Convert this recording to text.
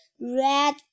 red